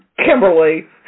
Kimberly